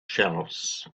shelves